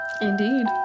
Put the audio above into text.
indeed